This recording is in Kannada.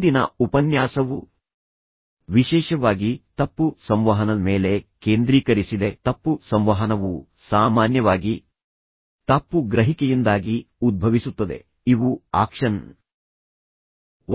ಹಿಂದಿನ ಉಪನ್ಯಾಸವು ವಿಶೇಷವಾಗಿ ತಪ್ಪು ಸಂವಹನದ ಮೇಲೆ ಕೇಂದ್ರೀಕರಿಸಿದೆ ತಪ್ಪು ಸಂವಹನವು ಸಾಮಾನ್ಯವಾಗಿ ತಪ್ಪು ಗ್ರಹಿಕೆಯಿಂದಾಗಿ ಉದ್ಭವಿಸುತ್ತದೆ ಇವು ಆಕ್ಷನ್